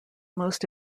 most